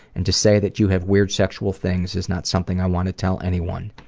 and to say that you have weird sexual things is not something i want to tell anyone.